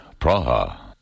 Praha